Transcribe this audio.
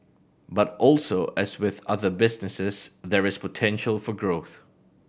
but also as with other businesses there is potential for growth